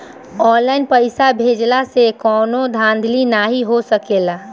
online पइसा भेजला से कवनो धांधली नाइ हो सकेला